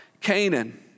Canaan